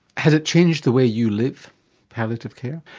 has it changed the way you live palliative care?